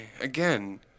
Again